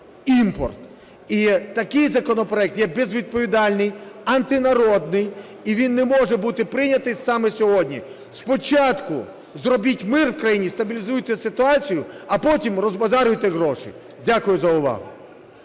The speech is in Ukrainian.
І такий законопроект є безвідповідальний, антинародний, і він не може бути прийнятий саме сьогодні. Спочатку зробіть мир в країн, стабілізуйте ситуацію, а потім розбазарюйте гроші. Дякую за увагу.